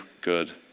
good